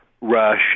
Rush